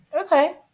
Okay